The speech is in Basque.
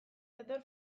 dator